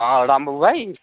अँ रामु भाइ